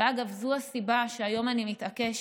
אגב, זו גם הסיבה שהיום אני מתעקשת